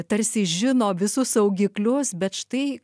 tarsi žino visus saugiklius bet štai